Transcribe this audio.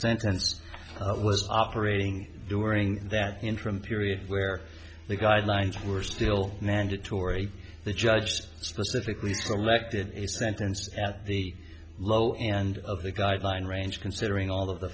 sentence was operating during that interim period where the guidelines were still mandatory the judge specifically selected a sentence at the low end of the guideline range considering all of the